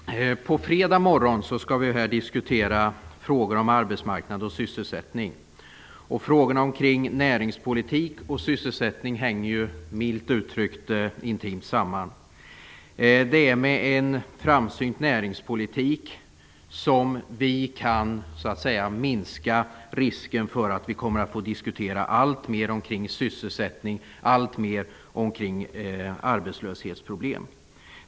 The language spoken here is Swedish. Herr talman! På fredag morgon skall vi här diskutera frågor om arbetsmarknad och sysselsättning. Frågorna om näringspolitik och sysselsättning hänger milt uttryckt intimt samman. Det är med en framsynt näringspolitik som vi kan minska risken för att vi kommer att få diskutera allt mer sysselsättning och arbetslöshetsproblem.